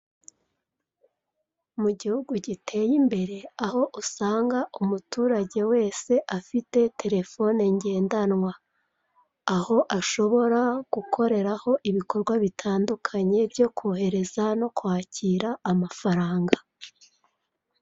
Mu gihugu giteye imbere aho usanga umuturage wese afite telefone ngendanwa. Aho ashobora gukoreramo ibikorwa bitandukanye byo kohereza no kwakira amafaranga.